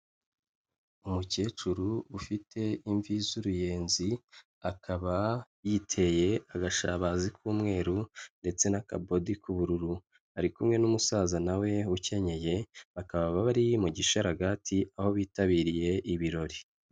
Umukecuru ufite imvi z'uruyenzi akaba yiteye agashabazi k'umweru ndetse n'akabodi k'ubururu, ari kumwe n'umusaza nawe ukenyeye, bakaba bari mu gisharagati aho bitabiriye ibirori.